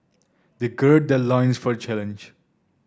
they gird their loins for the challenge